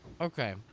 Okay